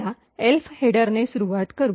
चला ELF header ने सुरूवात करू